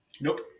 Nope